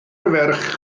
ferch